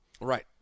Right